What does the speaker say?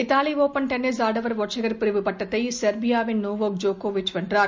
Italy open tennis ஆடவர் ஒற்றையர் பிரிவு பட்டத்தை செர்பியாவின் நோவோக் ஜோக்கோவிச் வென்றார்